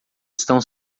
estão